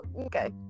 okay